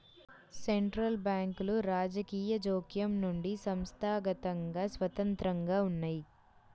central బ్యాంకులు రాజకీయ జోక్యం నుండి సంస్థాగతంగా స్వతంత్రంగా ఉన్నయ్యి